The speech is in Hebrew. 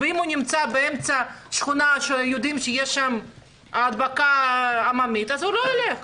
ואם הוא נמצא בתוך שכונה שיודעים שיש שם הדבקה המונית אז הוא לא יילך.